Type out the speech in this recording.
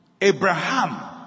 Abraham